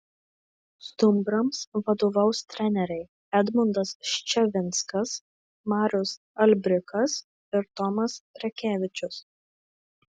stumbrams vadovaus treneriai edmundas ščiavinskas marius albrikas ir tomas prekevičius